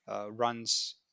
runs